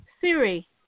Siri